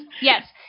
yes